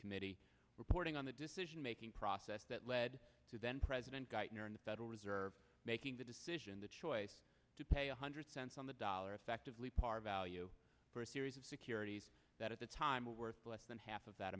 committee reporting on the decision making process that led to then president geithner in the federal reserve making the decision the choice to pay one hundred cents on the dollar effectively par value for a series of securities that at the time were worth less than half of that